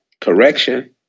correction